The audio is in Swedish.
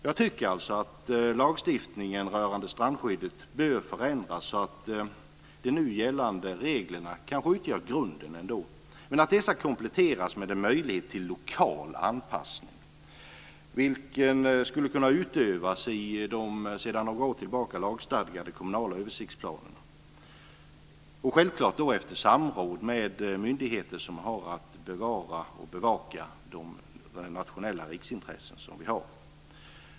Jag tycker alltså att lagstiftningen rörande strandskyddet bör förändras så att de nu gällande reglerna kanske utgör grunden ändå men att dessa kompletteras med en möjlighet till lokal anpassning, vilken skulle kunna utövas i de sedan några år tillbaka lagstadgade kommunala översiktsplanerna och självklart efter samråd med myndigheter som har att bevara och bevaka de nationella riksintressen som vi har.